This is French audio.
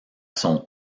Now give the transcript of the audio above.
son